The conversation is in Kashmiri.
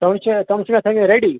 تِم چھِ تِم چھِ مےٚ تھٲومٕتۍ ریڈی